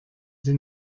sie